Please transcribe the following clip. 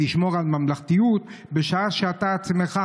לשמור על ממלכתיות בשעה שאתה עצמך,